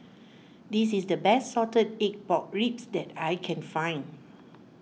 this is the best Salted Egg Pork Ribs that I can find